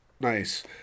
Nice